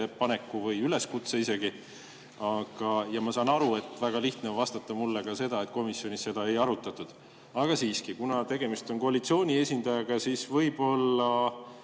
ettepaneku või üleskutse. Ja ma saan aru, et väga lihtne on vastata mulle ka seda, et komisjonis seda ei arutatud. Aga siiski, kuna tegemist on koalitsiooni esindajaga, siis võib-olla